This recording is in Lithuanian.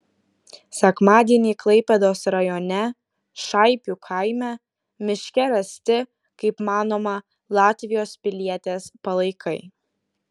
sekmadienį klaipėdos rajone šaipių kaime miške rasti kaip manoma latvijos pilietės palaikai